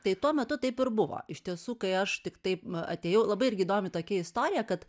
tai tuo metu taip ir buvo iš tiesų kai aš tiktai atėjau labai irgi įdomi tokia istorija kad